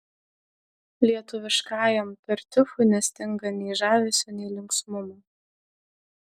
lietuviškajam tartiufui nestinga nei žavesio nei linksmumo